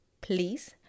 please